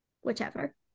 whichever